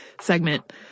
segment